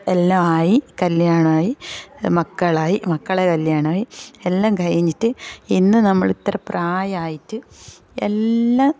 എല്ലാം ആയി കല്യാണമായി മക്കളായി മക്കളെ കല്യാണമായി എല്ലാം കഴിഞ്ഞിട്ട് ഇന്ന് നമ്മളിത്ര പ്രായമായിട്ട് എല്ലാം